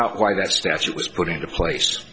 not why that statute was put into place